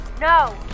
No